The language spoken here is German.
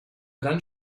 dann